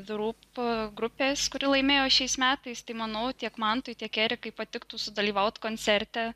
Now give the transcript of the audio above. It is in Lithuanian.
ve rup grupės kuri laimėjo šiais metais tai manau tiek mantui tiek erikai patiktų sudalyvaut koncerte